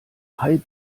hype